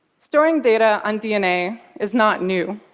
storing data on dna is not new.